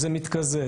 זה מתקזז.